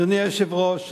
אדוני היושב-ראש,